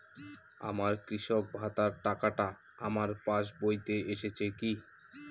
আমার কৃষক ভাতার টাকাটা আমার পাসবইতে এসেছে কি?